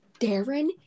Darren